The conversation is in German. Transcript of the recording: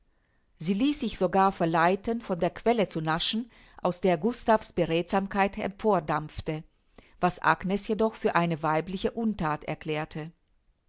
sie ließ sich sogar verleiten von der quelle zu naschen aus der gustav's beredtsamkeit empordampfte was agnes jedoch für eine weibliche unthat erklärte